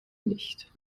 nicht